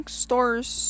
stores